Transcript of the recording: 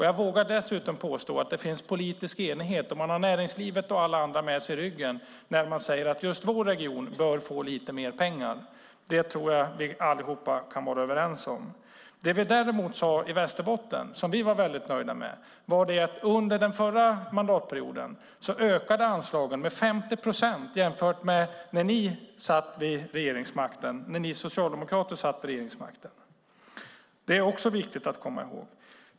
Jag vågar nog påstå att det finns politisk enighet om detta och man har näringslivet och alla andra med sig när man säger att just vår region bör få lite mer pengar. Det kan vi nog alla vara överens om. I Västerbotten var vi nöjda med att anslagen under den förra mandatperioden ökade med 50 procent jämfört med när Socialdemokraterna hade regeringsmakten. Det är också viktigt att komma ihåg.